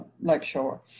Lakeshore